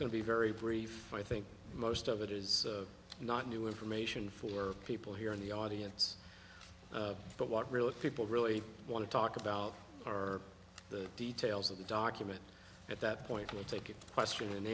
going to be very brief i think most of it is not new information for people here in the audience but what really people really want to talk about are the details of the document at that point we'll take a question and